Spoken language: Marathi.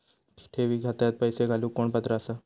ठेवी खात्यात पैसे घालूक कोण पात्र आसा?